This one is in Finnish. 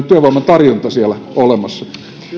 työvoiman tarjonta siellä olemassa